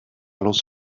los